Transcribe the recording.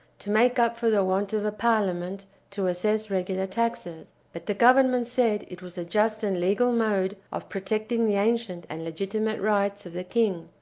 to make up for the want of a parliament to assess regular taxes but the government said it was a just and legal mode of protecting the ancient and legitimate rights of the king.